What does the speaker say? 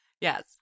Yes